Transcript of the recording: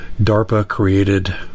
DARPA-created